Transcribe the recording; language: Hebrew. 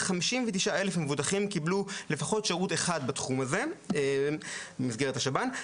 59,000 מבוטחים קיבלו לפחות שירות אחד בתחום הזה במסגרת השב"ן,